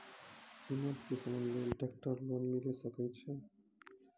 सीमांत किसान लेल ट्रेक्टर लोन मिलै सकय छै?